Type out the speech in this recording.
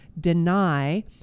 deny